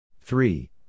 Three